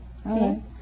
Okay